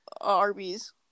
Arby's